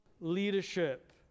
leadership